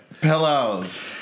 Pillows